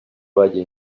valle